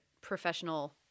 professional